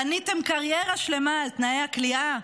בניתם קריירה שלמה על תנאי הכליאה,